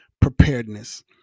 preparedness